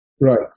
Right